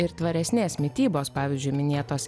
ir tvaresnės mitybos pavyzdžiui minėtos